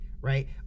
right